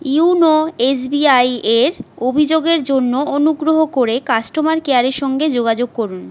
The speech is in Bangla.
ইওনো এসবিআই এর অভিযোগের জন্য অনুগ্রহ করে কাস্টমার কেয়ারের সঙ্গে যোগাযোগ করুন